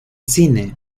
cine